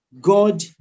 god